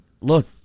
look